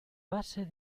base